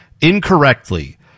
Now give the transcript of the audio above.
incorrectly